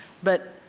but,